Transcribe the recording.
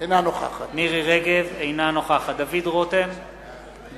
אינה נוכחת דוד רותם,